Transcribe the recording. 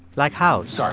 like house. sorry,